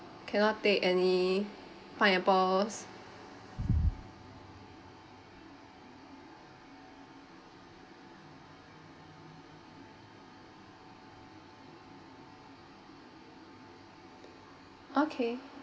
cannot take any pineapples okay